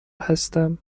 هستم